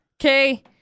Okay